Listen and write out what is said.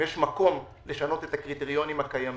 אם יש מקום לשנות את הקריטריונים הקיימים.